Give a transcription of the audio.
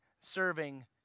serving